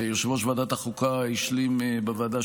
שיושב-ראש ועדת החוקה השלים בוועדה